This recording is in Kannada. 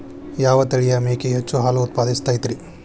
ಯಾವ ತಳಿಯ ಮೇಕೆ ಹೆಚ್ಚು ಹಾಲು ಉತ್ಪಾದಿಸತೈತ್ರಿ?